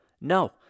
No